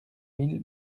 mille